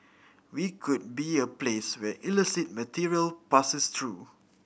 we could be a place where illicit material passes through